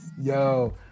Yo